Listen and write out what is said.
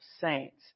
saints